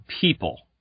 people